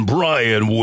Brian